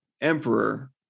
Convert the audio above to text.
emperor